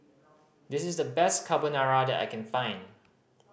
this is the best Carbonara that I can find